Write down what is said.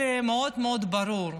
אלא מאוד מאוד ברור.